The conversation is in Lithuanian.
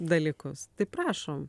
dalykus tai prašom